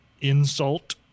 insult